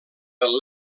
del